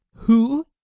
who?